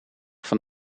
van